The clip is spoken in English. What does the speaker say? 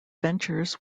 ventures